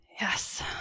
yes